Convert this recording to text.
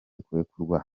kurekurwa